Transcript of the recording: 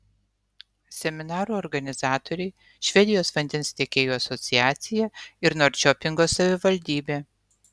seminarų organizatoriai švedijos vandens tiekėjų asociacija ir norčiopingo savivaldybė